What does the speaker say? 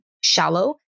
shallow